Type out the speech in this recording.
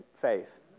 faith